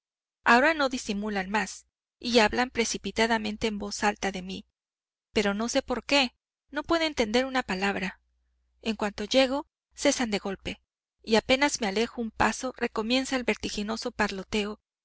ahora no disimulan más y hablan precipitadamente en voz alta de mí pero no sé por qué no puedo entender una palabra en cuanto llego cesan de golpe y apenas me alejo un paso recomienza el vertiginoso parloteo